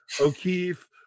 O'Keefe